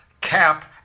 cap